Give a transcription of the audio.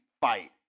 fight